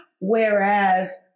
whereas